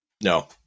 no